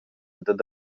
dad